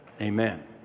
amen